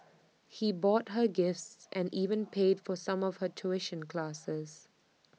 he bought her gifts and even paid for some of her tuition classes